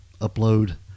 upload